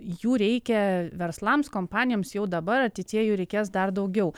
jų reikia verslams kompanijoms jau dabar ateityje jų reikės dar daugiau